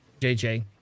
JJ